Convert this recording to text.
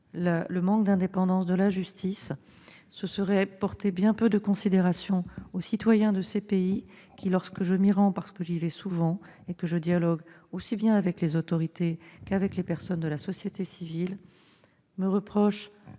un manque d'indépendance de la justice. Ce serait porter bien peu de considération aux citoyens de ces pays qui, lorsque je m'y rends, comme je le fais souvent, et que je dialogue aussi bien avec les autorités qu'avec les personnes de la société civile, me reprochent